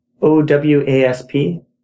OWASP